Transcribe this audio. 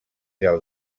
del